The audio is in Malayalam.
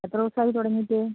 എത്ര ദിവസമായി തുടങ്ങിയിട്ട്